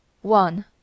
One